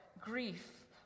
grief